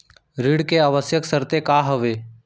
ऋण के आवश्यक शर्तें का का हवे?